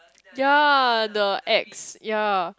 ya the eggs ya